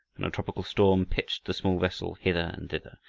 and a tropical storm pitched the small vessel hither and thither,